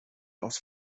aus